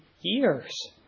years